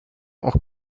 auch